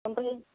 ओमफ्राय